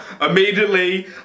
immediately